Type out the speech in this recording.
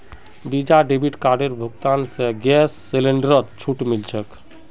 visa debit कार्डेर भुगतान स गैस सिलेंडरत छूट मिल छेक